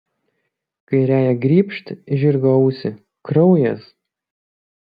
kairiąja grybšt žirgo ausį kraujas